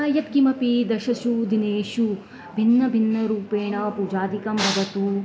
यत्किमपि दशसु दिनेषु भिन्नभिन्न रूपेण पूजादिकं भवतु